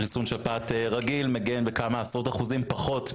הדיון בנושא הנגשת החיסון המוגבר לשפעת לאוכלוסייה המבוגרת.